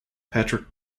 patrick